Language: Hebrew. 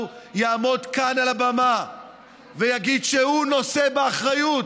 יעמוד כאן על הבמה ויגיד שהוא נושא באחריות,